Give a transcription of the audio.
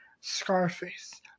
Scarface